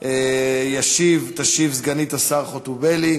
תשיב סגנית השר חוטובלי,